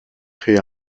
créé